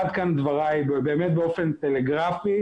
עד כאן דבריי, באמת באופן טלגרפי,